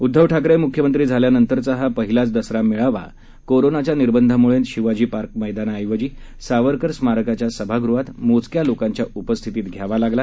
उद्धव ठाकरे मुख्यमंत्री झाल्यानंतरचा हा पहिलाच दसरा मेळावा कोरोना निर्बंधामुळे शिवाजी पार्क मैदाना ऐवजी सावरकर स्मारकाच्या सभागृहात मोजक्या लोकांच्या उपस्थितीत घ्यावा लागला